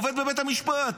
עובד בבית המשפט?